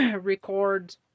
record